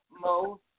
Mo